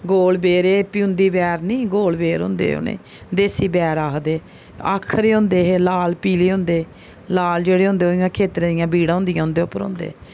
गोल बैर हे प्यूंदी बैर निं गोल बेर होंदे हे उ'नें ई देसी बैर आखदे होंदे हे लाल पीले होंदे लाल जेह्ड़े होंदे ओह् जि'यां खेत्तरें दियां बीड़ा होंदियां उंदे उप्पर होंदे